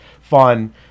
fun